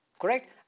correct